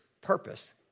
purpose